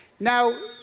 now,